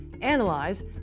analyze